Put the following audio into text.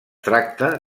tracta